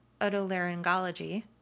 otolaryngology